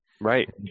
right